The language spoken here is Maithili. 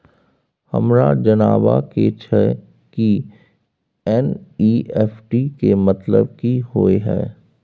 हमरा जनबा के छै की एन.ई.एफ.टी के मतलब की होए है?